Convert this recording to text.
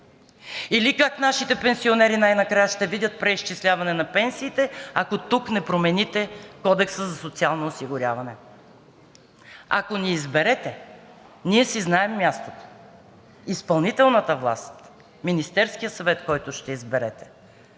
Как нашите пенсионери най-накрая ще видят преизчисляване на пенсиите, ако тук не промените Кодекса за социално осигуряване? Ако ни изберете, ние си знаем мястото. Изпълнителната власт – Министерският съвет, който ще изберете,